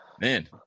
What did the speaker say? Man